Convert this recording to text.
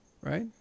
Right